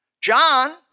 John